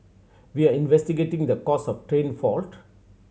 we are investigating the cause of train fault